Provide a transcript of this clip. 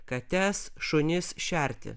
kates šunis šerti